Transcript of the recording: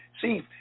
See